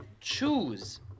choose